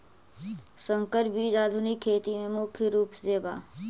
संकर बीज आधुनिक खेती में मुख्य रूप से बा